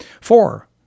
Four